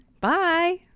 Bye